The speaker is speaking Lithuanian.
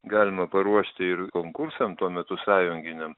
galima paruošti ir konkursam tuo metu sąjunginiam